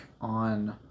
on